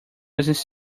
was